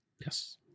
Yes